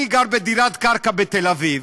אני גר בדירת קרקע בתל אביב,